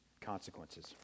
consequences